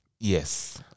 Yes